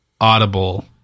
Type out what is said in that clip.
Audible